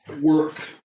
work